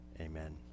amen